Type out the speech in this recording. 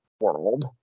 world